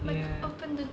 ya